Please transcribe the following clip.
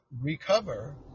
recover